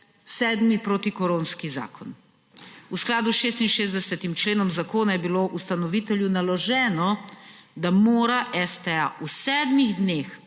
sedmi protikoronski zakon. V skladu s 66. členom zakona je bilo ustanovitelju naloženo, da mora STA v sedmih dneh